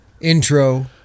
intro